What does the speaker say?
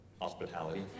Hospitality